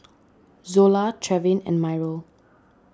Zola Trevin and Myrl